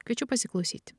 kviečiu pasiklausyti